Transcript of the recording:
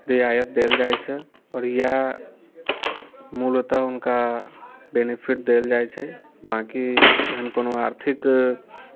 रियायत देल जाइत छै आओर इएह मूलतः हुनका बेनिफिट देल जाइत छै बाँकी एहन कोनो आर्थिक